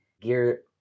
gear